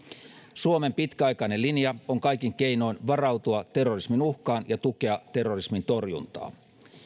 suomen pitkäaikainen linja on kaikin keinoin varautua terrorismin uhkaan ja tukea terrorismin torjuntaa